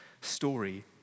story